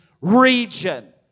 region